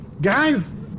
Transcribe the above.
Guys